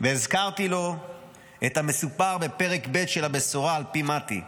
והזכרתי לו את המסופר בפרק ב' של הבשורה על פי מתי: